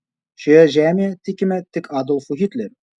šioje žemėje tikime tik adolfu hitleriu